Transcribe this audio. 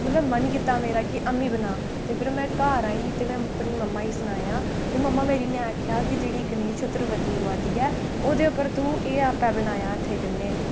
मतलब मन कीता मेरा कि मबी बनां ते फिर में घार आई ते में अपनी मम्मा गी सनाया ते मम्मा मेरी ने आखेआ कि जेहड़ी गनेश चतुर्थी अबा दी ऐ ओहदे उप्पर तू एह् आपें बनाया हत्थें कन्नै